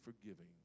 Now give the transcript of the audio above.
forgiving